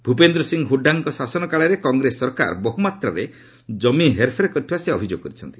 ଭୂପେନ୍ଦ୍ର ସିଂହ ହୁଡ୍ରାଙ୍କ ଶାସନ କାଳରେ କଂଗ୍ରେସ ସରକାର ବହୁମାତ୍ରାରେ ଜମି ହେରଫେର କରିଥିବା ସେ ଅଭିଯୋଗ କରିଛନ୍ତି